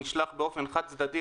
נשלח באופן חד צדדי,